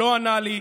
לא ענה לי,